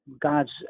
God's